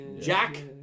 Jack